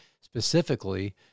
specifically